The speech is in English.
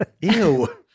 Ew